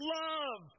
love